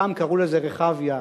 פעם קראו לזה "רחביה",